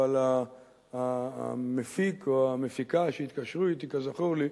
אבל המפיק או המפיקה שהתקשרו אתי, כזכור לי,